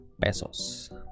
pesos